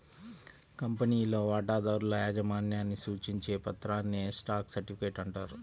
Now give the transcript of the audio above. కంపెనీలో వాటాదారుల యాజమాన్యాన్ని సూచించే పత్రాన్నే స్టాక్ సర్టిఫికేట్ అంటారు